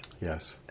Yes